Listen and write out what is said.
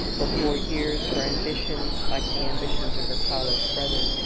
for four years her ambitions, like the ambitions of her college brother,